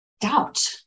doubt